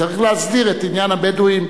צריך להסדיר את עניין הבדואים.